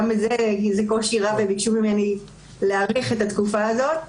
זה קושי רב וביקשו ממני להאריך את התקופה הזאת.